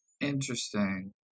Interesting